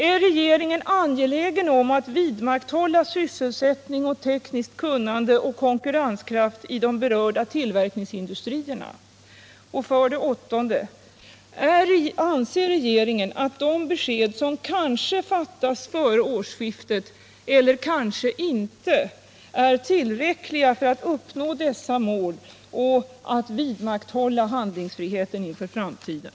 Är regeringen angelägen om att vidmakthålla sysselsättning, tekniskt kunnande och konkurrenskraft i de berörda tillverkningsindustrierna? För det åttonde. Anser regeringen att de beslut som kanske fattas före årsskiftet — eller kanske inte — är tillräckliga för att uppnå dessa mål och för att vidmakthålla handlingsfriheten inför framtiden?